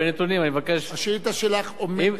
אני מבקש,